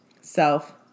self